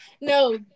No